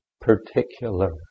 particular